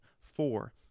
Four